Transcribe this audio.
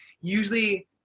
usually